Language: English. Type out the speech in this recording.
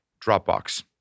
Dropbox